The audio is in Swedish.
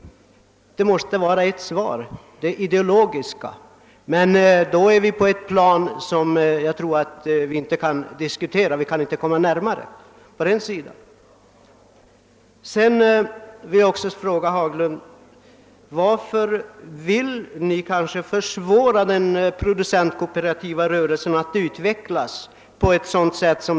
Svaret måste vara det ideologiska motivet, och i så fall kan vi inte närma oss varandra. Sedan vill jag fråga herr Haglund: Vill ni försvåra för den producentkooperativa rörelsen att utvecklas?